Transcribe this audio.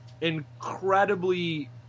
incredibly